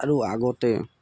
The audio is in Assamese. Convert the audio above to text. আৰু আগতে